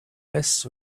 less